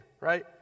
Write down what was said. right